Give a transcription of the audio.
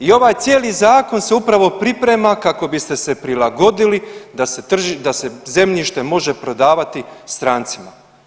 I ovaj cijeli zakon se upravo priprema kako biste se prilagodili da se zemljište može prodavati strancima.